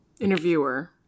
interviewer